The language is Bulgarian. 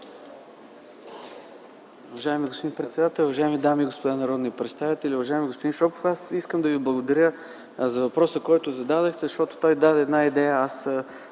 Уважаеми господин председател, уважаеми дами и господа народни представители! Уважаеми господин Шопов, аз искам да Ви благодаря за въпроса, който зададохте, защото той даде една идея.